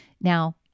Now